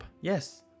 yes